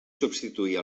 substituir